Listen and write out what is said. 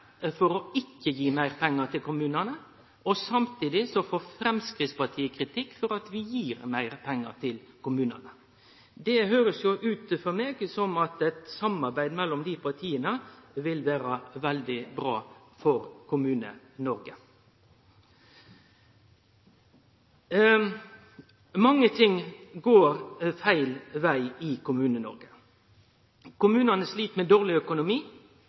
vi gir meir pengar til kommunane. For meg høyrest det ut som om eit samarbeid mellom desse partia vil vere veldig bra for Kommune-Noreg. Mange ting går feil veg i Kommune-Noreg. Kommunane slit med dårleg økonomi.